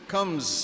Comes